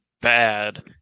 bad